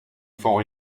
font